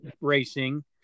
racing